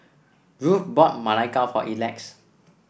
Ruth bought Ma Lai Gao for Elex